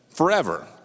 Forever